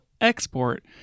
export